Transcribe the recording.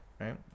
right